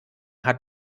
hat